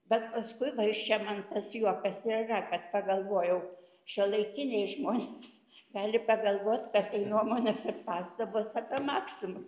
vat paskui va iš čia man tas juokas ir yra kad pagalvojau šiuolaikiniai žmonės gali pagalvot kad tai nuomonės ir pastabos apie maksimą